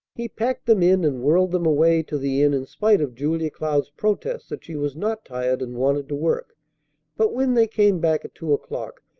he packed them in, and whirled them away to the inn in spite of julia cloud's protest that she was not tired and wanted to work but, when they came back at two o'clock,